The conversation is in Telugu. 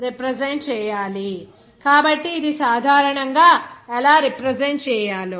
yinii1nni WiMii1nWiMi cic i కాబట్టి ఇది సాధారణంగా ఎలా రిప్రజెంట్ చేయాలో